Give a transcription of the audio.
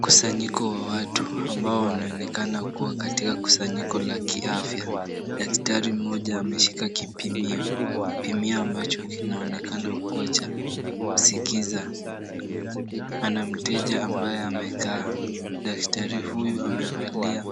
Kusanyiko la watu ambao wanaonekana kuwa katika kusanyiko la kiafya, daktari mmoja ameshika kipimio, kipimio ambacho kinaonekana kuwa cha kusikiza, ana mteja ambaye amekaa, daktari huyu amevalia